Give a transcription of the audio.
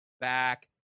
back